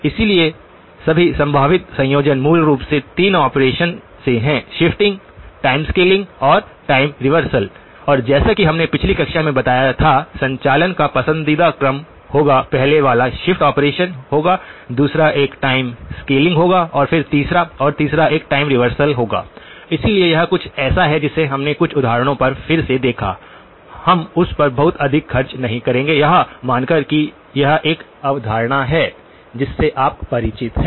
इसलिए सभी संभावित संयोजन मूल रूप से 3 ऑपरेशनों से हैं शिफ्टिंग टाइम स्केलिंग और टाइम रिवर्सल और जैसा कि हमने पिछली कक्षा में बताया था संचालन का पसंदीदा क्रम होगा पहले वाला शिफ्ट ऑपरेशन होगा दूसरा एक टाइम स्केलिंग होगा और फिर तीसरा और तीसरा एक टाइम रिवर्सल होगा इसलिए यह कुछ ऐसा है जिसे हमने कुछ उदाहरणों पर फिर से देखा हम उस पर बहुत अधिक खर्च नहीं करेंगे यह मानकर कि यह एक अवधारणा है जिससे आप परिचित हैं